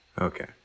Okay